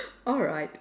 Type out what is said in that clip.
alright